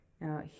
Now